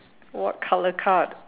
what colour card